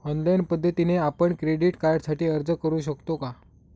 Online पद्धतीने आपण credit कार्डसाठी अर्ज करु शकतो का?